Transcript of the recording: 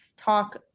talk